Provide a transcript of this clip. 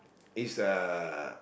is uh